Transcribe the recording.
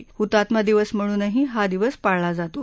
आज हृतात्मा दिवस म्हणूनही हा दिवस पाळला जातो